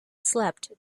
slept